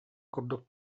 курдук